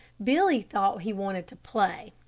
billy thought he wanted to play,